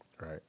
Right